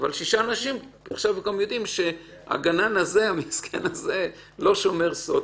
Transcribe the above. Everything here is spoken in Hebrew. המידע הזה שישה אנשים ידעו שהאיש הזה לא שומר סוד,